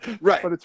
Right